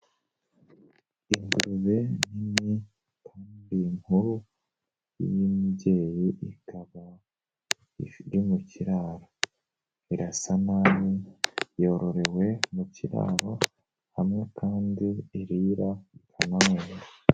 Ingurube nini kandi nkuru y'imbyeyi ikaba ifi iri mu kiraro irasa nabi yororewe mu kiraro hamwe kandi irira ku manywa.